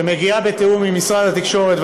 שמגיעה בתיאום עם משרד התקשורת,